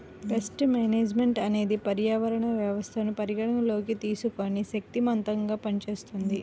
paste management అనేది పర్యావరణ వ్యవస్థను పరిగణలోకి తీసుకొని శక్తిమంతంగా పనిచేస్తుంది